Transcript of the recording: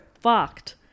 fucked